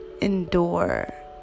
endure